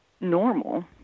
normal